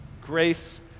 Grace